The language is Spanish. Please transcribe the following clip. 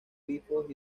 grifos